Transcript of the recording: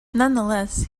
nonetheless